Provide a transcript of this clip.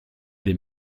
des